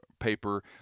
paper